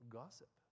gossip